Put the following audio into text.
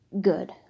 good